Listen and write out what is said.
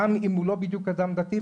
גם אם הוא לא בדיוק אדם דתי,